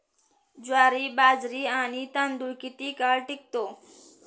ज्वारी, बाजरी आणि तांदूळ किती काळ टिकतो?